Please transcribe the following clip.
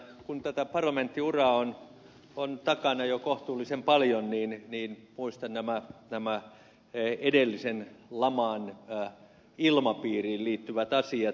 kun tätä parlamenttiuraa on takana jo kohtuullisen paljon niin muistan nämä edellisen laman ilmapiiriin liittyvät asiat